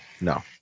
No